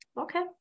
okay